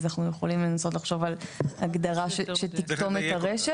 אז אנחנו יכולים לנסות לחשוב על הגדרה שתכתום את הרשת.